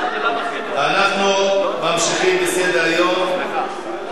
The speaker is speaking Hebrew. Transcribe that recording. אנחנו ממשיכים בסדר-היום.